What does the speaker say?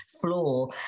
floor